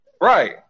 right